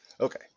Okay